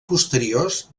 posteriors